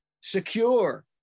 secure